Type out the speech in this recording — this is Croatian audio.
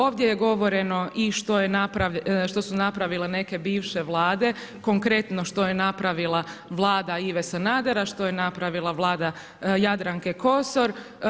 Ovdje je govoreno i što su napravile neke bivše vlade, konkretno što je napravila Vlada Ive Sanadera, što je napravila Vlada Jadranke Kosor.